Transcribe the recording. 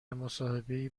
مصاحبهای